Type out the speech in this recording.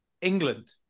England